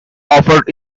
offered